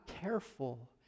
careful